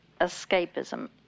escapism